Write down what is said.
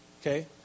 okay